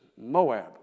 Moab